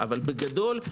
בגדול,